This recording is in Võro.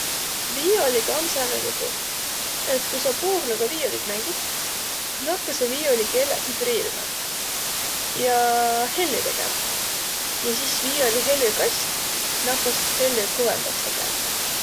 Viioligaq om sääne lugu, et ku sa puugnaga viiolit mängit, nakkasõq viiolikeeleq vibriirmä jaa hellü tegemä. Ja sis viioli helükast nakkas hellü kõvõmbs tegemä.